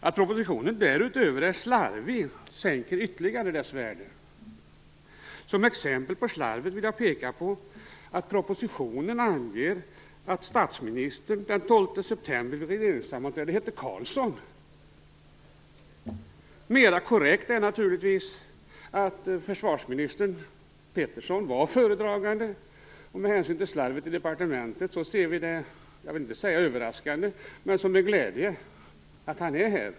Att propositionen därutöver är slarvig sänker ytterligare dess värde. Som exempel på slarvet vill jag peka på att propositionen anger att statsministern den 12 september vid regeringssammanträdet hette Carlsson. Mera korrekt är naturligtvis att försvarsminister Peterson var föredragande. Med hänsyn till slarvet i departementet ser vi det som, jag vill inte säga överraskande, men glädjande, att han är här.